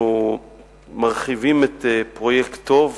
אנחנו מרחיבים את פרויקט טו"ב,